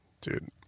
Dude